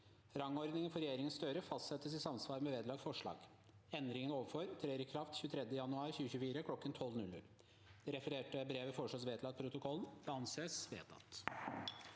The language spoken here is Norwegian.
Rangordningen for regjeringen Støre fastsettes i samsvar med vedlagte forslag. 7. Endringene ovenfor trer i kraft 23. januar 2024 kl. 12.00.» Det refererte brevet foreslås vedlagt protokollen. – Det anses vedtatt.